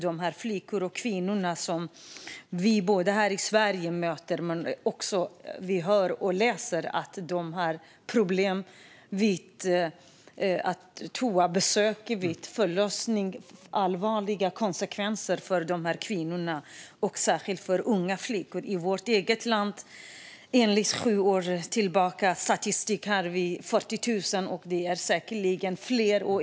De flickor och kvinnor som vi möter här i Sverige och som vi hör och läser om har problem vid toabesök och vid förlossning. Detta får allvarliga konsekvenser för dessa kvinnor, särskilt för unga flickor. I vårt eget land rör det sig om 40 000 personer, enligt statistik som går sju år tillbaka, men det är säkerligen fler.